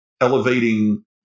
elevating